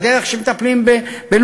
והדרך שבה מטפלים בלולים,